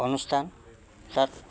অনুষ্ঠান তাত